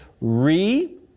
re